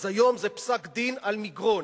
אז היום זה פסק-דין על מגרון,